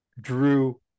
Drew